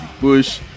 Bush